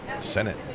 Senate